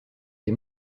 les